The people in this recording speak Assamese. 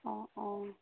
অঁ অঁ